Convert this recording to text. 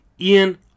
ian